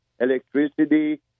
electricity